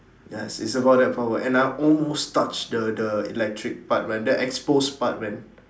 yes it's about that power and I almost touched the the electric part where the exposed part man